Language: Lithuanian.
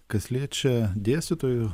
kas liečia dėstytojų